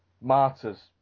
martyrs